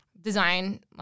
design